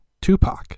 Tupac